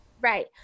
Right